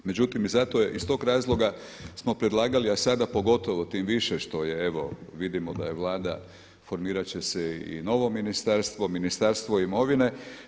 Međutim, zato i iz tog razloga smo predlagali, a sada pogotovo tim više što je evo vidimo da Vlada formirat će se i novo ministarstvo, Ministarstvo imovine.